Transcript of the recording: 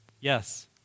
Yes